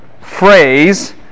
phrase